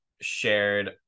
shared